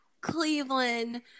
Cleveland